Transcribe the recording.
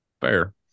Fair